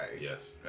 Yes